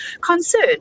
concern